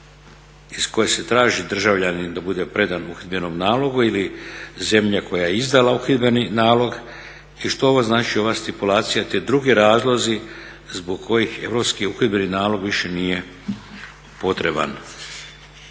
iz koje se traži državljanin da bude predan uhidbenom nalogu ili zemlje koja je izdala uhidbeni nalog. I što ovo znači ova stipulacija: "te drugi razlozi zbog kojih europski uhidbeni nalog više nije potreban".